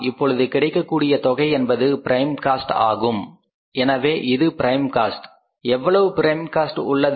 இப்பொழுது கிடைக்கக்கூடியது தொகை என்பது பிரைம் காஸ்ட் ஆகும் எனவே இது பிரைம் காஸ்ட் எவ்வளவு பிரைம் காஸ்ட் உள்ளது